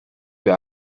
wir